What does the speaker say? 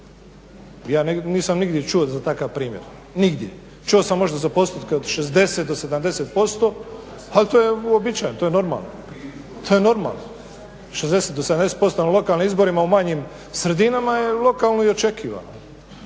Ja nisam nigdje čuo za takav primjer, nigdje. Čuo sam možda za postotke od 60 do 70% ali to je uobičajeno, to je normalno, 60 do 70% na lokalnim izborima u manjim sredinama je lokalno i očekivano.